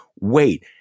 wait